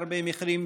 בהרבה מקרים,